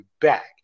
back